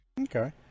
okay